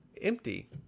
empty